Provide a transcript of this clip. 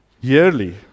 yearly